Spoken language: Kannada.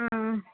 ಹಾಂ